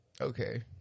Okay